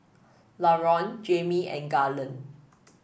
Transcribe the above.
Laron Jamie and Garland